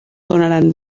donaran